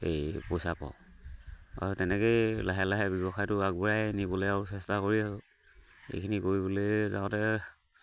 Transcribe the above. সেই পইচা পাওঁ আৰু তেনেকেই লাহে লাহে ব্যৱসায়টো আগবঢ়াই নিবলৈ আৰু চেষ্টা কৰি আৰু এইখিনি কৰিবলৈ যাওঁতে